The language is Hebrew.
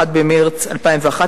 1 במרס 2011,